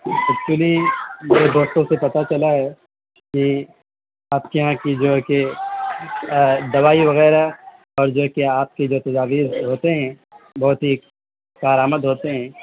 actually میرے دوستوں سے پتا چلا ہے کہ آپ کے یہاں کی جو ہے کہ دوائی وغیرہ اور جو ہے کہ آپ کے جو تجاویز ہوتے ہیں بہت ہی کار آمد ہوتے ہیں